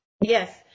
Yes